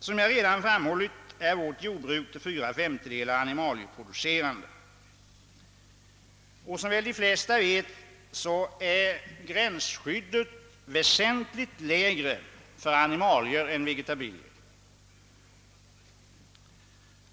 Som jag redan framhållit är vårt jordbruk till fyra femtedelar animalieproducerande, och som väl de flesta vet är gränsskyddet för animalier väsentligt lägre än för vegetabilier.